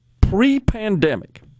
pre-pandemic